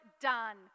done